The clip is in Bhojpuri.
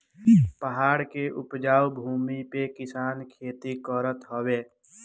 पहाड़ के उपजाऊ भूमि पे किसान खेती करत हवे